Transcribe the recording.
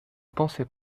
pensais